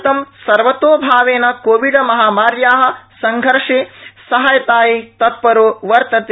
भारतं सर्वतोभावेन कोविड महामार्या संघर्षे सहायतायै तत्परो वर्तते